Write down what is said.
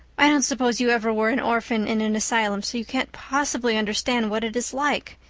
i don't suppose you ever were an orphan in an asylum, so you can't possibly understand what it is like.